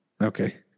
okay